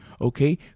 okay